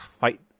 fight